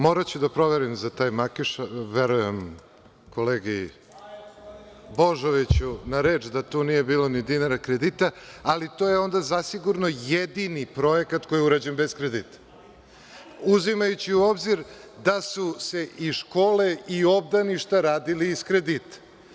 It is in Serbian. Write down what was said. Moraću da proverim za taj Makiš, verujem kolegi Božoviću na reč da tu nije bilo ni dinara kredita, ali to je onda zasigurno jedini projekat koji je urađen bez kredita, uzimajući u obzir da su se i škole i obdaništa radile iz kredita.